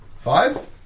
Five